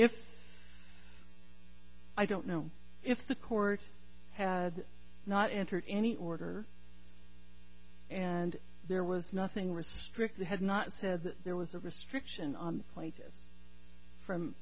if i don't know if the court had not entered any order and there was nothing restrict they had not said that there was a restriction on